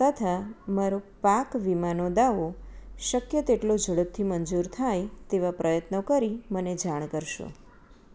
તથા મારો પાક વીમાનો દાવો શક્ય તેટલો ઝડપથી મંજૂર થાય તેવા પ્રયત્નો કરી મને જાણ કરશો